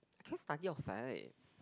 I cannot study outside